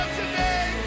today